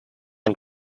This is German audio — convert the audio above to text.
dem